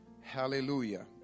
Hallelujah